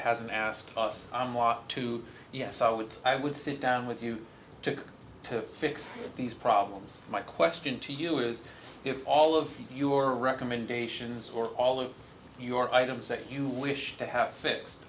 now asked us to yes i would i would sit down with you to to fix these problems my question to you is if all of your recommendations or all of your items that you wish to have fixed